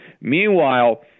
Meanwhile